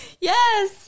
Yes